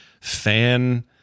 fan